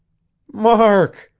mark!